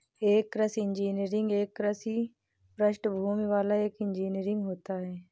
एक कृषि इंजीनियर एक कृषि पृष्ठभूमि वाला एक इंजीनियर होता है